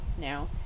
now